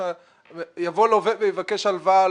אם יבוא לווה ויבקש הלוואה,